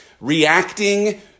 reacting